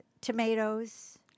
tomatoes